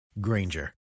Granger